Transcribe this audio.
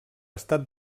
estat